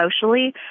socially